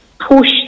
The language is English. push